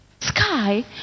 sky